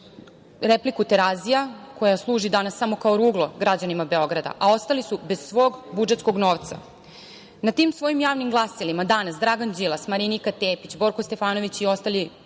repliku Terazija koja služi danas samo kao ruglo građanima Beograda, a ostali su bez svog budžetskog novca. Na tim svojim javnim glasilima danas Dragan Đilas, Marinika Tepić, Borko Stefanović i ostali